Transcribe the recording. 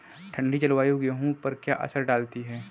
ठंडी जलवायु गेहूँ पर क्या असर डालती है?